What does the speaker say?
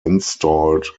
installed